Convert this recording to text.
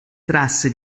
trasse